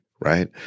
right